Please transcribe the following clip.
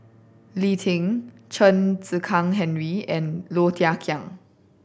Lee Tjin Chen Henri and Low Thia Khiang